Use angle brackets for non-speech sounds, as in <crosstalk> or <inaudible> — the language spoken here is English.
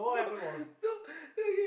no <laughs> no then you